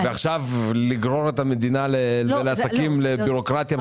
ועכשיו לגרור את המדינה ואת העסקים לבירוקרטיה מטורפת?